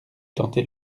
tenter